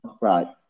right